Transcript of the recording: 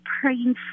praying